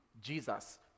jesus